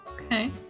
Okay